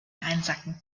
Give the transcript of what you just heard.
einsacken